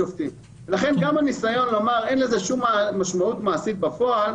יש לזה משמעות מעשית בפועל,